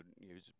use